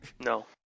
No